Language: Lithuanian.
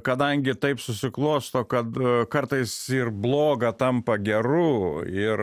kadangi taip susiklosto kada kartais ir bloga tampa geru ir